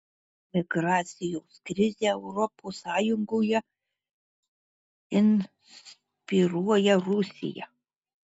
migracijos krizę europos sąjungoje inspiruoja rusija